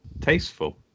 tasteful